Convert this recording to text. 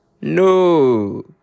No